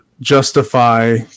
justify